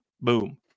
Boom